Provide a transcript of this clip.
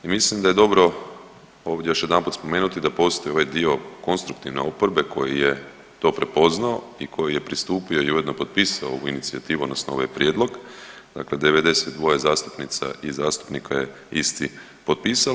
I mislim da je dobro ovdje još jedanput spomenuti da postoji ovaj dio konstruktivne oporbe koji je to prepoznao i koji je pristupio i ujedno potpisao ovu inicijativu odnosno ovaj prijedlog, dakle 92 zastupnica i zastupnica je isti potpisalo.